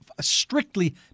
strictly